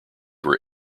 were